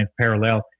parallel